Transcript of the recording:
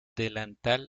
delantal